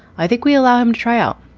i think we allow him trial,